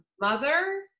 mother